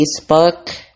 Facebook